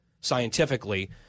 scientifically